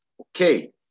Okay